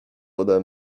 ode